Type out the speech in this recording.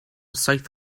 saith